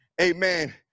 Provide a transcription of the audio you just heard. amen